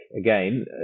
again